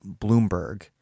Bloomberg